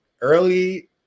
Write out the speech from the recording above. early